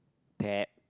that